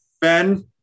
Ben